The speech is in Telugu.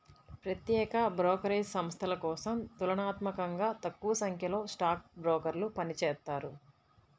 ప్రత్యేక బ్రోకరేజ్ సంస్థల కోసం తులనాత్మకంగా తక్కువసంఖ్యలో స్టాక్ బ్రోకర్లు పనిచేత్తారు